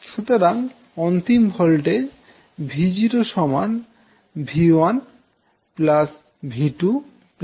সুতরাং অন্তিম ভোল্টেজ 𝛎0 𝛎1 𝛎2 𝛎3 হবে